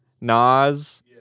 Nas